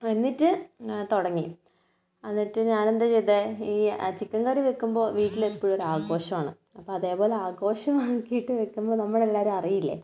എന്നിട്ട് തുടങ്ങി അന്നിട്ട് ഞാൻ എന്താ ചെയ്തേ ഈ ചിക്കൻ കറിവെക്കുമ്പോൾ വീട്ടിൽ എപ്പോഴും ഒരു ആഘോഷമാണ് അപ്പം അതേപോലെ ആഘോഷമാക്കിട്ട് വെക്കുമ്പോൾ നമ്മൾ എല്ലാവരും അറിയില്ലേ